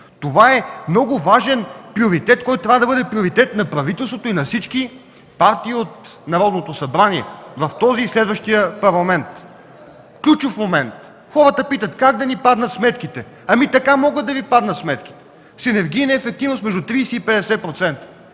Това е много важен приоритет, който трябва да бъде приоритет на правителството и на всички партии от Народното събрание в този и в следващия парламент. Ключов момент, хората питат: „Как да ни паднат сметките?” Ами, така могат да Ви паднат сметките – с енергийна ефективност между 30 и 50%.